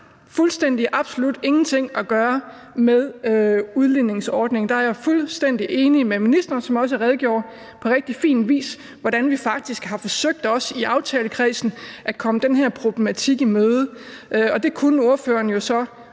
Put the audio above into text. fuldstændig absolut ingenting at gøre med udligningsordningen. Der er jeg fuldstændig enig med ministeren, som også på rigtig fin vis redegjorde for, hvordan vi faktisk har forsøgt også i aftalekredsen at komme den her problematik i møde. Det kunne ordføreren jo så